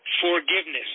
forgiveness